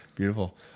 Beautiful